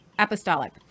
Apostolic